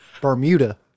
Bermuda